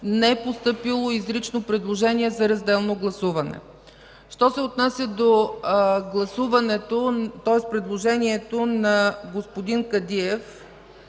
Не е постъпило изрично предложение за разделно гласуване. Що се отнася до предложението на господин Кадиев,